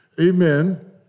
Amen